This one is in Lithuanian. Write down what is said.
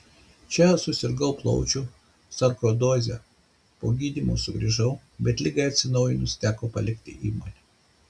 čia susirgau plaučių sarkoidoze po gydymo sugrįžau bet ligai atsinaujinus teko palikti įmonę